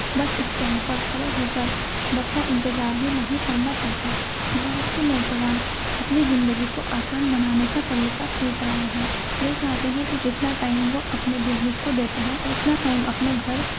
بس اسٹینڈ پر کھڑے ہو کر بس کا انتظار بھی نہیں کرنا پڑتا بھارت کے نوجوان اپنی زندگی کو آسان بنانے کا طریقہ سیکھ رہے ہیں وہ چاہتے ہیں کہ جتنا ٹائم وہ اپنی بزنس کو دیتے ہیں اتنا ٹائم اپنے گھر